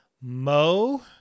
Mo